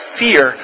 fear